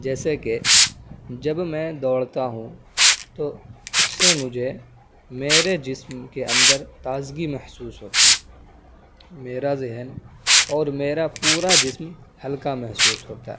جیسے کہ جب میں دوڑتا ہوں تو اس سے مجھے میرے جسم کے اندر تازگی محسوس ہوتی ہے میرا ذہن اور میرا پورا جسم ہلکا محسوس ہوتا ہے